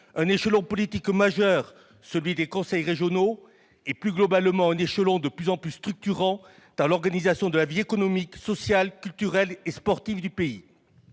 un échelon politique majeur, celui des conseils régionaux et, plus globalement, un échelon de plus en plus structurant dans l'organisation de la vie économique, sociale, culturelle et sportive du pays.